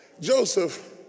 Joseph